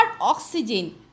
oxygen